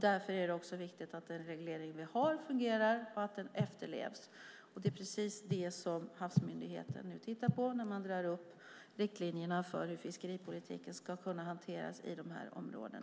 Därför är det viktigt att den reglering vi har fungerar och efterlevs. Det är precis detta som Havs och vattenmyndigheten tittar på när man drar upp riktlinjerna för hur fiskeripolitiken ska hanteras i dessa områden.